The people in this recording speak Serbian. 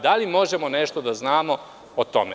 Da li možemo nešto da znamo o tome?